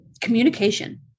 communication